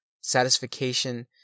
satisfaction